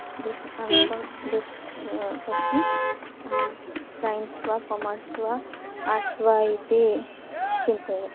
दृश्यम् अङ्कं दृष्ट्चा पश्यति सैन्स् वा कोमर्स् वा आट्स् वा इति चिन्तयति